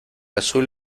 azul